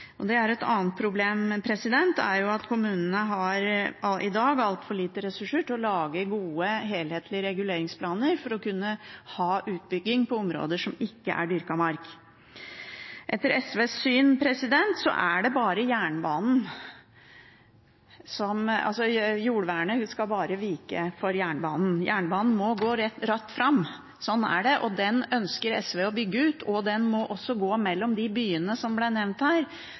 Et annet problem er at kommunene i dag har altfor lite ressurser til å lage gode, helhetlige reguleringsplaner for å kunne ha utbygging på områder som ikke er dyrket mark. Etter SVs syn skal jordvernet bare vike for jernbanen. Jernbanen må gå rett fram, sånn er det, og den ønsker SV å bygge ut. Den må også gå mellom byene som ble nevnt her,